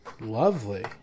Lovely